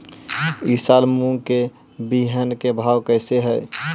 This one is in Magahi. ई साल मूंग के बिहन के भाव कैसे हई?